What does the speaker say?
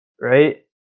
Right